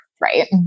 right